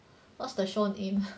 what's the show name !huh!